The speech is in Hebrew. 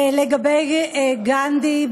לגבי גנדי,